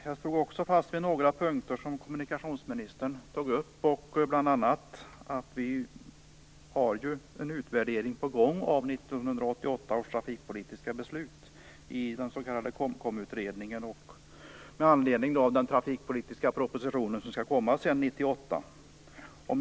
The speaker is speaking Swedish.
Fru talman! Jag står fast vid några punkter som kommunikationsministern tog upp, bl.a. att en utvärdering om 1988 års trafikpolitiska beslut är på gång i den s.k. KOMKOM-utredningen. Detta med anledning av den trafikpolitiska proposition som skall läggas fram 1998.